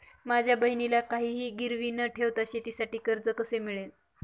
माझ्या बहिणीला काहिही गिरवी न ठेवता शेतीसाठी कर्ज कसे मिळेल?